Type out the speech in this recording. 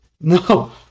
No